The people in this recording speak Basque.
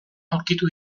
aurkitu